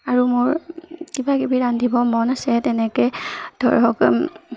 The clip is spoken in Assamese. আৰু মোৰ কিবা কিবি ৰান্ধিব মন আছে তেনেকৈ ধৰক